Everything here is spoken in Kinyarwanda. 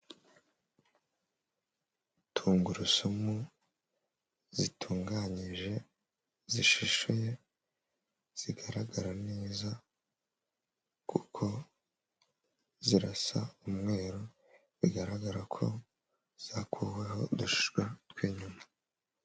Tungurusumu zitunganyije, zishishe, zigaragara neza, kuko zirasa umweru, bigaragara ko zakuweho udushishwa tw'inyuma.